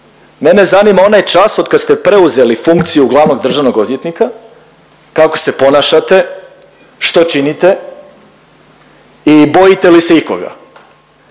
Mene zanima onaj čas od kad ste preuzeli funkciju glavnog državnog odvjetnika kako se ponašate, što činite i bojite li se ikoga.